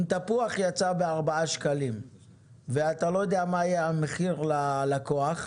אם תפוח יצא בארבעה שקלים ואתה לא יודע מה יהיה המחיר ללקוח,